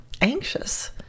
anxious